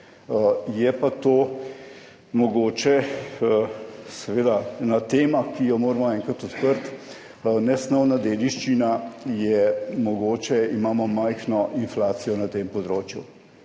Je pa to mogoče ena tema, ki jo moramo enkrat odpreti. Nesnovna dediščina je – mogoče imamo majhno inflacijo na tem področju.